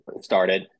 started